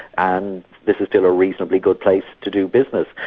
and this is still a reasonably good place to do business.